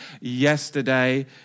yesterday